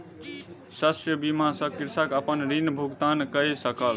शस्य बीमा सॅ कृषक अपन ऋण भुगतान कय सकल